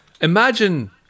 imagine